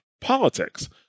politics